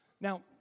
Now